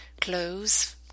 clothes